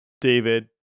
David